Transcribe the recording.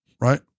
right